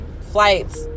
flights